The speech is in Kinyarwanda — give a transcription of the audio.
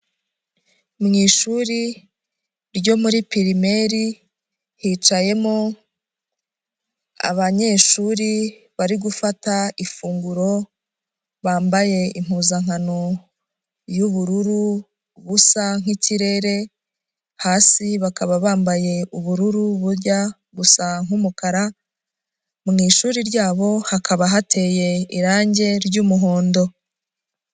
Mu ishuri ryo muri pirimeri hicayemo abanyeshuri bari gufata ifunguro bambaye impuzankano y'ubururu busa nk'ikirere hasi bakaba bambaye ubururu bujya gusa nk'umukara mu ishuri ryabo hakaba hateye irange ry'umuhondo.